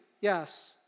yes